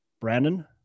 Brandon